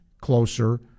closer